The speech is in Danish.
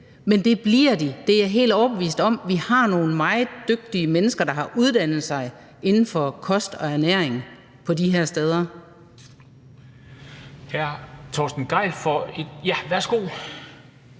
det: Det bliver de. Det er jeg helt overbevist om. Vi har nogle meget dygtige mennesker på de her steder, der har uddannet sig inden for kost og ernæring. Kl.